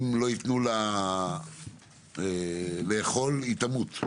אם לא יתנו לה לאכול היא תמות,